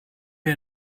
wir